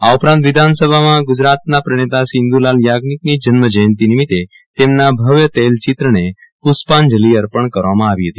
આ ઉપરાંત વિધાનસભા સાથે ગજરાતના પ્રણેતા શ્રી ઈન્દ્રલાલ યાજ્ઞિકની જન્મજયંતિ નિમિતે તેમના ભવ્ય તૈલીચિત્રને પુષ્પાંજલિ અર્પણ કરવામાં આવી હતો